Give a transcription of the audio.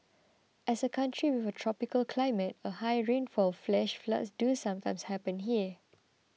as a country with a tropical climate and high rainfall flash floods do sometimes happen here